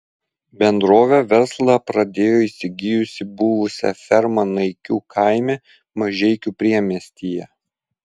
bendrovė verslą pradėjo įsigijusi buvusią fermą naikių kaime mažeikių priemiestyje